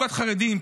בתעסוקת חרדים,